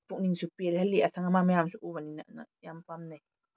ꯄꯨꯛꯅꯤꯡꯁꯨ ꯄꯦꯜꯍꯜꯂꯤ ꯑꯁꯪ ꯑꯃꯥꯟ ꯃꯌꯥꯝꯁꯨ ꯎꯕꯅꯤꯅ ꯑꯗꯨꯅ ꯌꯥꯝ ꯄꯥꯝꯅꯩ